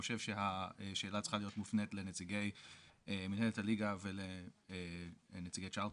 חושב שהשאלה צריכה להיות מופנית לנציגי מנהלת הליגה ולנציגי צ'רלטון.